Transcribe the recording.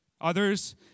Others